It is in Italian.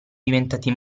diventati